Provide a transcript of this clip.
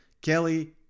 Kelly